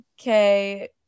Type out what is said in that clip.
okay